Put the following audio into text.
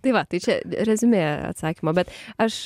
tai va tai čia reziumė atsakymo bet aš